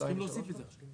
צריך להוסיף את זה עכשיו.